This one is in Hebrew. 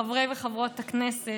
חברי וחברות הכנסת,